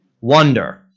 Wonder